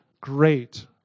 great